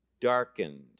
darkened